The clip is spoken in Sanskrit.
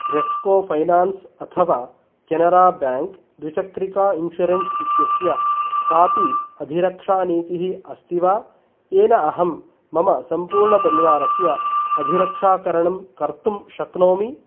रेफ्को फैनान्स् अथवा केनरा ब्याङ्क् द्विचक्रिका इन्श्योरेन्स् इत्यस्य कापि अभिरक्षानीतिः अस्ति वा येन अहं मम सम्पूर्णपरिवारस्य अभिरक्षाकरणं कर्तुं शक्नोमि